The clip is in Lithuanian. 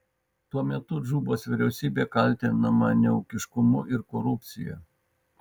tuo metu džubos vyriausybė kaltinama neūkiškumu ir korupcija